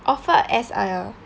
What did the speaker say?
offered as a